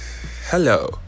hello